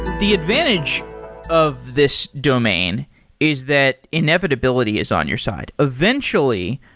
the advantage of this domain is that inevitability is on your side. eventually,